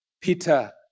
Peter